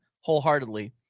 wholeheartedly